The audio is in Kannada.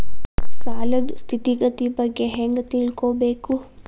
ಸಾಲದ್ ಸ್ಥಿತಿಗತಿ ಬಗ್ಗೆ ಹೆಂಗ್ ತಿಳ್ಕೊಬೇಕು?